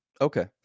Okay